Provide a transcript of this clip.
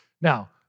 Now